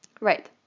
right